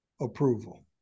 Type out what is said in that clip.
approval